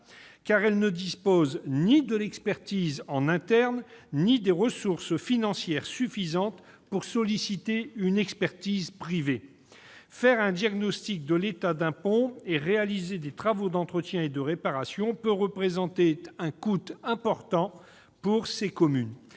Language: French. car elles ne disposent ni de l'expertise en interne ni des ressources financières suffisantes pour solliciter une expertise privée. Le diagnostic de l'état d'un pont et les travaux d'entretien et de réparation peuvent représenter un coût important pour elles.